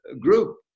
group